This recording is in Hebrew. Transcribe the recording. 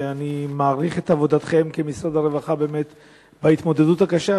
אני מעריך את העבודה שלכם במשרד הרווחה בהתמודדות הקשה.